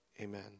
Amen